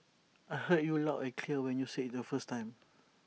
I heard you loud and clear when you said the first time